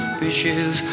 fishes